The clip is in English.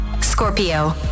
Scorpio